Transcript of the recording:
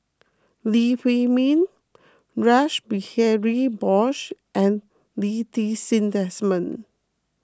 Lee Huei Min Rash Behari Bose and Lee Ti Seng Desmond